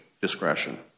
Discretion